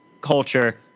culture